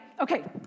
Okay